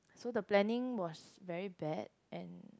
so the planning was very bad and